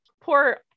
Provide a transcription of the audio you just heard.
Poor